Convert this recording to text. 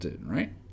right